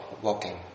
Walking